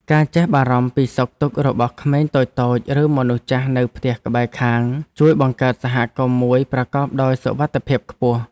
ការចេះបារម្ភពីសុខទុក្ខរបស់ក្មេងតូចៗឬមនុស្សចាស់នៅផ្ទះក្បែរខាងជួយបង្កើតសហគមន៍មួយប្រកបដោយសុវត្ថិភាពខ្ពស់។